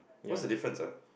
what's the difference ah